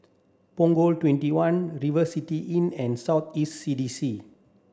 Punggol twenty one River City Inn and South East C D C